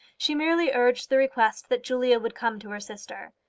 she merely urged the request that julia would come to her sister.